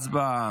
הצבעה.